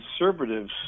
conservatives